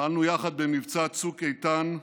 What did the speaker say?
פעלנו יחד במבצע צוק איתן,